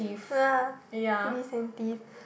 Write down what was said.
ya police and thief